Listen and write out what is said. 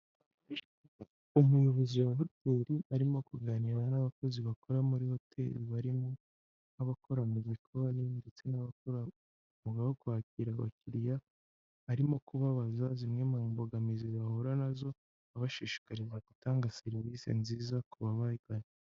Umuyobozi wa hoteri, arimo kuganira n'abakozi bakora muri hoteri barimo, nk'abakora mu gikoni ndetse n'abakora umwuga wo kwakira abakiriya, arimo kubabaza zimwe mu mbogamizi bahura na zo, abashishikariza gutanga serivisi nziza ku babagana.